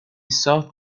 sought